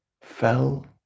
fell